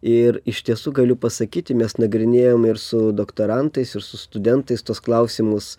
ir iš tiesų galiu pasakyti mes nagrinėjam ir su doktorantais ir su studentais tuos klausimus